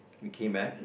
he came back